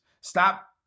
Stop